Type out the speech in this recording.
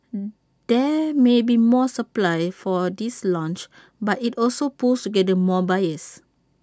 there may be more supply for this launch but IT also pools together more buyers